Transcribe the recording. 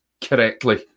correctly